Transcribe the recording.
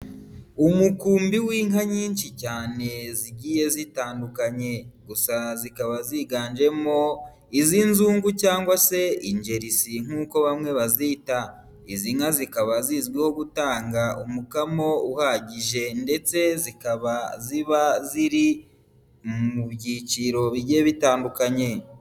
Umukumbi w'inka nyinshi cyane zigiye zitandukanye gusa zikaba ziganjemo iz'inzungu cyangwa se injerisi nk'uko bamwe bazita, izi nka zikaba zizwiho gutanga umukamo uhagije ndetse zikaba ziba ziri mu byiciro bigiye bitandukanye.